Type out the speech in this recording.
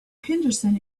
henderson